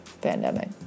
pandemic